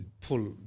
pull